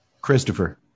Christopher